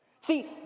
See